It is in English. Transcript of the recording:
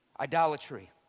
Idolatry